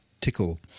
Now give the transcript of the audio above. tickle